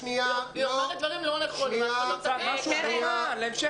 היא אומרת דברים לא נכונים ואף אחד לא מתקן אותה.